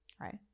right